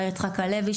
מאיר יצחק הלוי,